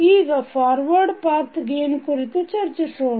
ಈಗ forward path gain ಕುರಿತು ಚರ್ಚಿಸೋಣ